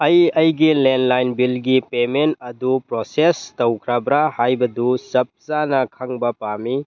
ꯑꯩ ꯑꯩꯒꯤ ꯂꯦꯟꯂꯥꯏꯟ ꯕꯤꯜꯒꯤ ꯄꯦꯃꯦꯟ ꯑꯗꯨ ꯄ꯭ꯔꯣꯁꯦꯁ ꯇꯧꯈꯔꯕ꯭ꯔ ꯍꯥꯏꯕꯗꯨ ꯆꯞ ꯆꯥꯅ ꯈꯪꯕ ꯄꯥꯝꯃꯤ